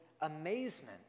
Amazement